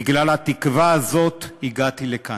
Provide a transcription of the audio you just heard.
בגלל התקווה הזאת הגעתי לכאן.